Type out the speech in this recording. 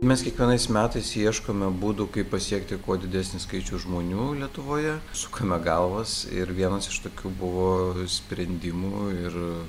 mes kiekvienais metais ieškome būdų kaip pasiekti kuo didesnį skaičių žmonių lietuvoje sukame galvas ir vienas iš tokių buvo sprendimų ir